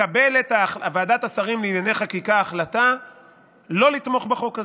מקבלת ועדת השרים לענייני חקיקה החלטה לא לתמוך בחוק הזה.